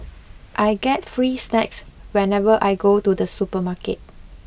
I get free snacks whenever I go to the supermarket